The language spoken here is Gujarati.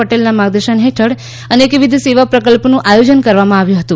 પટેલના માર્ગદર્શન હેઠળ અનલવિધ સપ્તા પ્રકલ્પનું આયોજન કરવામાં આવ્યું હતું